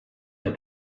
der